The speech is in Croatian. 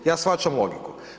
Ja shvaćam logiku.